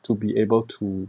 to be able to